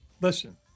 Listen